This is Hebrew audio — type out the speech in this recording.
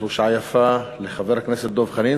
זו שעה יפה לחבר הכנסת דב חנין,